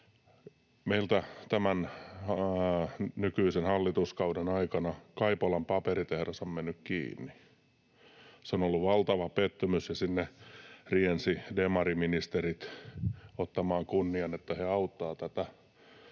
meiltä tämän nykyisen hallituskauden aikana Kaipolan paperitehdas on mennyt kiinni. Se on ollut valtava pettymys, ja sinne riensivät demariministerit ottamaan kunnian, että he auttavat tätä